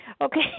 Okay